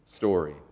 story